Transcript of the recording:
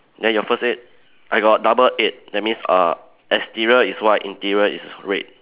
then your first aid I got double aid that means uh exterior is white interior is red